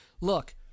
Look